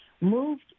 moved